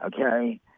Okay